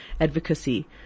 advocacy